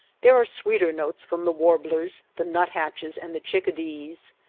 there are sweeter notes from the warblers, the nuthatches, and the chickadees.